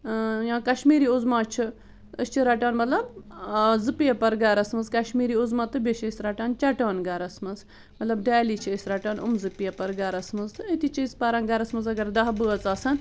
یا کشمیٖری عظمیٰ چھِ أسۍ چھِ رَٹان مطلب آزٕ پیپر گَرس منٛز کشمیٖری عظمیٰ تہٕ بیٚیہِ چھِ أسۍ رَٹان چَٹان گَرس منٛز مطلب ڈٮ۪لی چھِ أسۍ رَٹان یِم زٕ پیپر گَرس منٛز تہٕ أتی چھِ أسۍ پَران گَرس منٛز اگر دَہ بٲژ آسَن